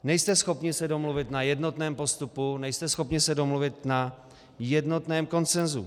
Nejste schopni se domluvit na jednotném postupu, nejste schopni se domluvit na jednotném konsenzu.